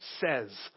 says